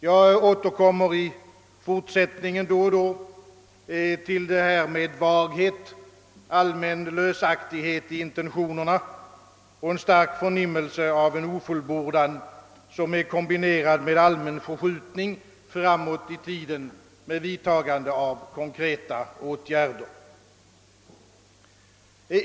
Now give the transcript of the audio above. Jag återkommer i fortsättningen då och då till detta med vaghet, allmän löslighet i intentionerna och en stark förnimmelse av en ofullbordan, som är kombinerad med allmän förskjutning framåt i tiden med vidtagande av konkreta åtgärder.